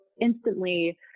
instantly